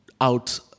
out